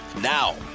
Now